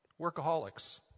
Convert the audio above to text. Workaholics